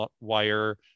wire